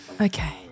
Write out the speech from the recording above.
Okay